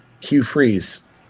Q-Freeze